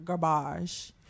garbage